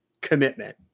commitment